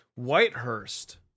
Whitehurst